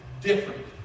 different